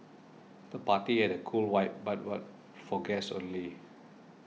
the party had a cool vibe but was for guests only